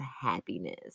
happiness